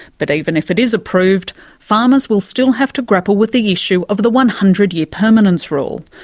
but even if it is approved, farmers will still have to grapple with the issue of the one hundred year permanence rule,